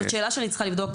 זו שאלה שאני צריכה לבדוק